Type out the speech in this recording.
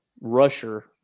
rusher